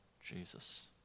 Jesus